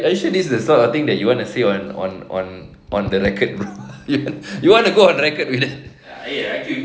are you sure this is the sort of the thing that you want to say on on on on the record you want to go on record with it